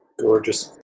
Gorgeous